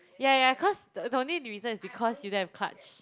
yah yah yah cause the the only reason is because you don't have clutch